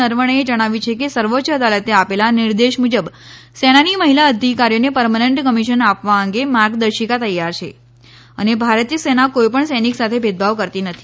નરવણેએ જણાવ્યુ છે કે સર્વોચ્ય અદાલતે આપેલા નિર્દેશ મુજબ સેનાની મહિલા અધિકારીઓને પર્મનન્ટ કમિશન આપવા અંગે માર્ગદર્શિકા તૈયાર છે અને ભારતીય સેના કોઇપણ સૈનિક સાથે ભેદભાવ કરતી નથી